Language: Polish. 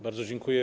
Bardzo dziękuję.